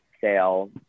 sale